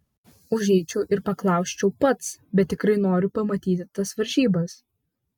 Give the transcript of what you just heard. užeičiau ir paklausčiau pats bet tikrai noriu pamatyti tas varžybas